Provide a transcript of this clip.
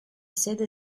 sede